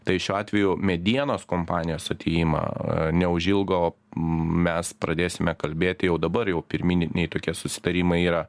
tai šiuo atveju medienos kompanijos atėjimą neužilgo mes pradėsime kalbėti jau dabar jau pirminiai tokie susitarimai yra